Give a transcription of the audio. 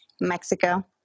mexico